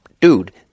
dude